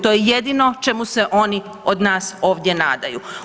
To je jedino čemu se oni od nas ovdje nadaju.